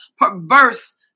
perverse